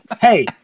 Hey